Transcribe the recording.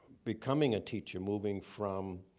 becoming a teacher, moving from